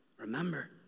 remember